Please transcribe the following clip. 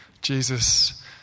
Jesus